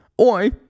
Oi